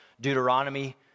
Deuteronomy